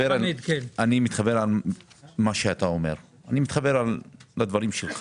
אני מתחבר למה שאתה אומר, אני מתחבר לדברים שלך,